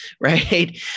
right